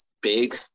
big